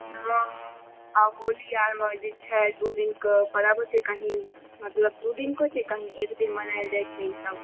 हँ आब होली आरमे जे छै दू दिनके पर्ब होइ छै कही मतलब दू दिनक होइ छै कही एक दिन मनायल जाइ छै ई सभ